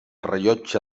rellotge